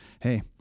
hey